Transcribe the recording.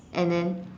and then